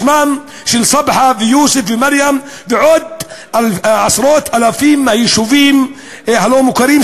בשמם של סבחה ויוסף ומרים ועוד עשרות אלפים מהיישובים הלא-מוכרים,